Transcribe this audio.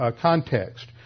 context